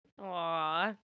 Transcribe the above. Aww